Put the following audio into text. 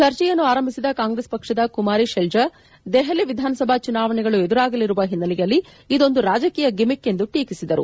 ಚರ್ಚೆಯನ್ನು ಆರಂಭಿಸಿದ ಕಾಂಗ್ರೆಸ್ ಪಕ್ಷದ ಕುಮಾರಿ ಶೆಲ್ನಾ ದೆಹಲಿ ವಿಧಾನಸಭಾ ಚುನಾವಣೆಗಳು ಎದುರಾಗಲಿರುವ ಹಿನ್ನೆಲೆಯಲ್ಲಿ ಇದೊಂದು ರಾಜಕೀಯ ಗಿಮಿಕ್ ಎಂದು ಟೀಕಿಸಿದರು